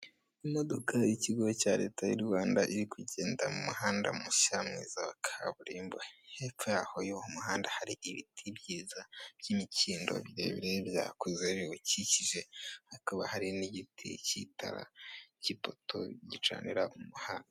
Imodoka y'ikigo cya leta y'u Rwanda, iri kugenda mu muhanda mushya, mwiza, wa kaburimbo, hepfo y'aho y'uwo muhanda hari ibiti byiza by'imikindo birebire, byakuze, biwukikiji, hakaba hari n'igiti cy'itara, cy'ipoto gicanira uwo muhanda.